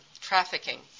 trafficking